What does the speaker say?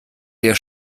der